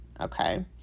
Okay